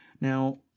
Now